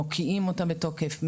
מוקיעים אותה בתוקף,